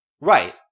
Right